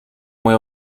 moje